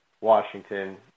Washington